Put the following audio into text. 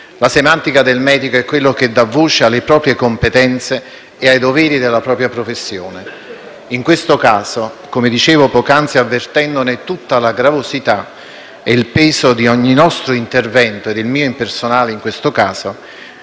La semantica del medico, invece, è quella che dà voce alle proprie competenze e ai doveri della propria professione. In questo caso, come dicevo poc'anzi, avvertendo tutta la gravosità e il peso di ogni nostro intervento, e del mio personale in questo caso,